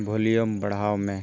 volume ᱵᱟᱲᱦᱟᱣ ᱢᱮ